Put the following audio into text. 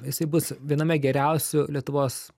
jisai bus viename geriausių lietuvos